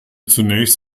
zunächst